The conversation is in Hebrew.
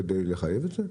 כדי לחייב את זה?